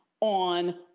on